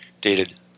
dated